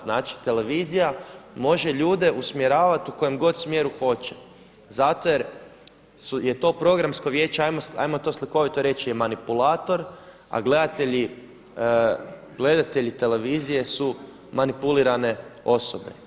Znači televizija može ljude usmjeravati u kojem god smjeru hoće zato jer je to Programsko vijeće, hajmo to slikovito reći je manipulator a gledatelji televizije su manipulirane osobe.